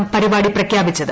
പരിപാടി പ്രഖ്യാപിച്ചത്